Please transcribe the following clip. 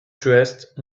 dressed